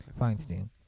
Feinstein